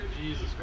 Jesus